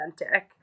authentic